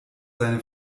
seine